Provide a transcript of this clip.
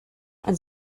and